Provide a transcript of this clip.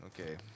Okay